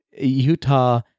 Utah